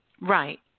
Right